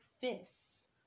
fists